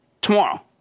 tomorrow